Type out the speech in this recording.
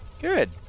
Good